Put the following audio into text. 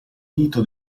dito